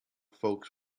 folks